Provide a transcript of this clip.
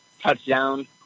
touchdown